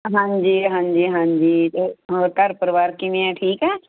ਹਾਂਜੀ ਹਾਂਜੀ ਹਾਂਜੀ ਹੋਰ ਘਰ ਪਰਿਵਾਰ ਕਿਵੇਂ ਆ ਠੀਕ ਆ